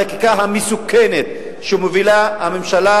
החקיקה המסוכנת שמובילה הממשלה,